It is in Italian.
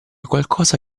qualcosa